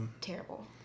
terrible